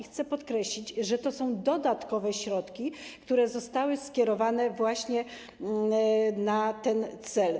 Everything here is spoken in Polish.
Chcę podkreślić, że to są dodatkowe środki, które zostały skierowane właśnie na ten cel.